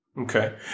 Okay